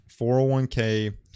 401k